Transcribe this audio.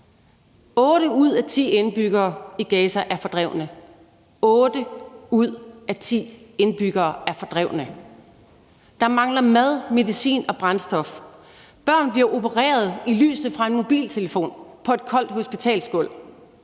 ud af ti indbyggere er fordrevne. Der mangler mad, medicin og brændstof. Børn bliver opereret i lyset fra en mobiltelefon på et koldt hospitalsgulv.